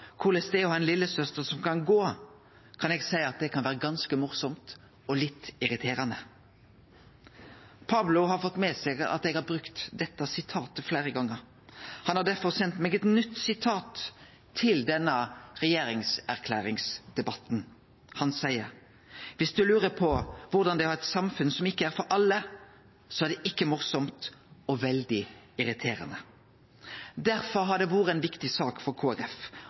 korleis det er å ha ei veslesøster som kan gå, kan eg seie at det kan vere ganske morosamt og litt irriterande.» Pablo har fått med seg at eg har brukt dette sitatet fleire gonger. Han har derfor sendt meg eit nytt sitat til denne regjeringserklæringsdebatten. Han seier: «Viss du lurer på korleis det er å ha eit samfunn som ikkje er for alle, er det ikkje morosamt, og veldig irriterande.» Derfor har det vore ei viktig sak for